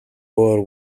both